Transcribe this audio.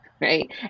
right